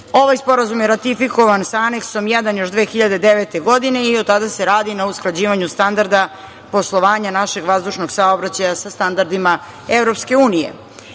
Ovaj sporazum je ratifikovan sa Aneksom 1 još 2009. godine i od tada se radi na usklađivanju standarda poslovanja našeg vazdušnog saobraćaja sa standardima